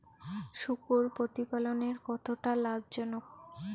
শূকর প্রতিপালনের কতটা লাভজনক?